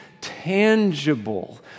tangible